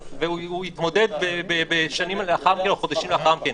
והוא יתמודד בחודשים או בשנים שלאחר מכן.